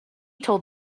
told